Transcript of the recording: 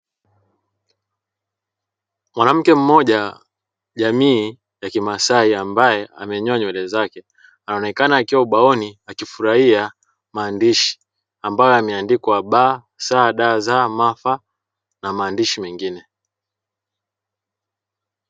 Mwanamke mmoja jamii ya kimasai ambaye amenyoa nywele zake, anaonekana akiwa ubaoni akifurahia maandishi amabayo yameandikwa, 'ba', 'sa', 'da' 'za' 'ma', 'fa' na maandishi mengine.